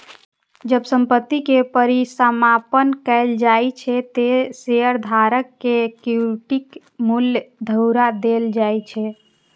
जब संपत्ति के परिसमापन कैल जाइ छै, ते शेयरधारक कें इक्विटी मूल्य घुरा देल जाइ छै